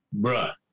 bruh